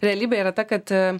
realybė yra ta kad